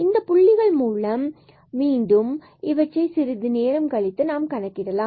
இந்த புள்ளிகள் மூலம் மீண்டும் இவற்றை சிறிது நேரம் கழித்து நாம் கணக்கிடலாம்